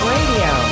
Radio